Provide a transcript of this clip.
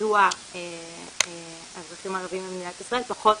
מדוע האזרחים הערבים במדינת ישראל פחות